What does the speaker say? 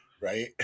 Right